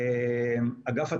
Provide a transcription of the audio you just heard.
אגף התקציבים,